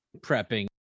prepping